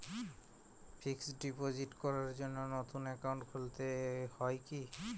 Fix deposit করার জন্য নতুন অ্যাকাউন্ট খুলতে হয় কী?